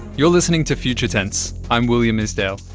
you're listening to future tense. i'm william isdale.